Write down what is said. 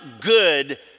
good